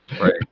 right